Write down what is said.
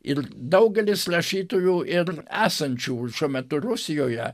ir daugelis rašytojų ir esančių šiuo metu rusijoje